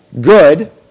good